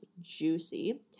juicy